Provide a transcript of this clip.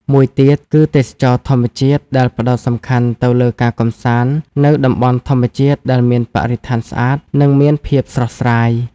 មួយទៀត គឺទេសចរណ៍ធម្មជាតិដែលផ្តោតសំខាន់ទៅលើការកំសាន្តនៅតំបន់ធម្មជាតិដែលមានបរិស្ថានស្អាត និងមានភាពស្រស់ស្រាយ។